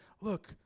look